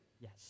Yes